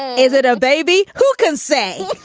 is it a baby? who can say